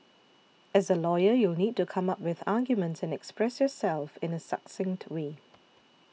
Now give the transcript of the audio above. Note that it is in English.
as a lawyer you'll need to come up with arguments and express yourself in a succinct way